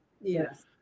Yes